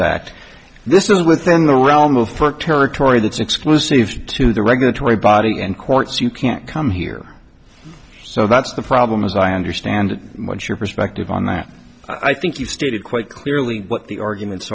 act this is within the realm of foot territory that's exclusive to the regulatory body in court so you can't come here so that's the problem is i understand what your perspective on that i think you've stated quite clearly what the arguments